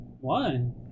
one